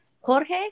jorge